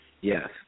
Yes